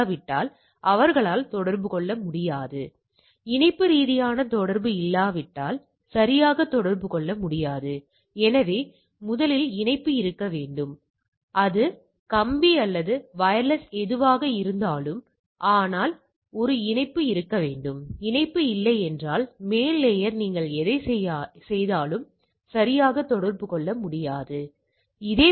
ஒரு வகுப்பில் உள்ள 10 மாணவர்களிடம் 60 முதல் 70 மதிப்பெண்களும் ஒரு வகுப்பில் உள்ள இன்னொரு 10 மாணவர்களிடம் 70 முதல் 80 வரையிலும் 90 க்கு மேல் இன்னொரு 10 மாணவர்களிடமும் நான் எதிர்பார்க்கிறேன்